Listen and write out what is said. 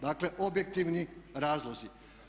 Dakle, objektivni razlozi.